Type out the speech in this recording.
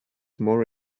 more